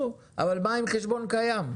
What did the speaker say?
אבל מה עם חשבון קיים?